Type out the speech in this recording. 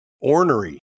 ornery